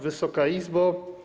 Wysoka Izbo!